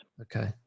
Okay